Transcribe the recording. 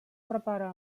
prepara